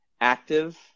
active